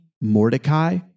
Mordecai